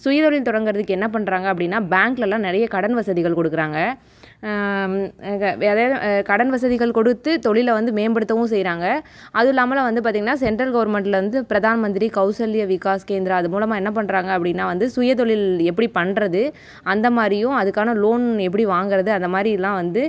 சுயதொழில் தொடங்கிறதுக்கு என்ன பண்ணுறாங்க அப்படின்னா பேங்க்குலலாம் நிறைய கடன் வசதிகள் கொடுக்குறாங்க கடன் வசதிகள் கொடுத்து தொழிலை வந்து மேம்படுத்தவும் செய்கிறாங்க அதுவும் இல்லாமல் வந்து பார்த்திங்கன்னா சென்ட்ரல் கவர்மெண்ட்டில் இருந்து பிரதான் மந்திரி கௌசல்ய விகாஸ் கேந்த்ரா அது மூலமாக என்ன பண்ணுறாங்க அப்படின்னா வந்து சுய தொழில் எப்படி பண்ணுறது அந்த மாதிரியும் அதுக்கான லோன் எப்படி வாங்கிறது அதை மாதிரி எல்லாம் வந்து